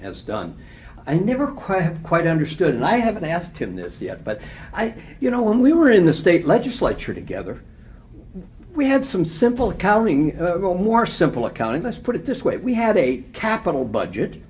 has done i never quite quite understood why i haven't asked him this yet but i think you know when we were in the state legislature together we had some simple accounting go more simple accounting this put it this way we had a capital budget